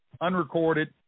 unrecorded